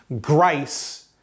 grace